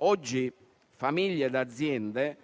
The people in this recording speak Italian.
Oggi famiglie e aziende